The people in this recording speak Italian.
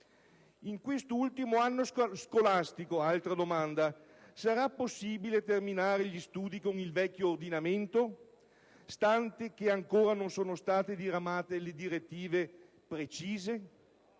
In questo ultimo anno scolastico - altra domanda - sarà possibile terminare gli studi con il vecchio ordinamento, stante che ancora non sono state diramate direttive precise?